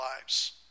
lives